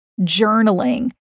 journaling